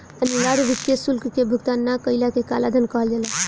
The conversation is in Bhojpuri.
अनिवार्य वित्तीय शुल्क के भुगतान ना कईला के कालाधान कहल जाला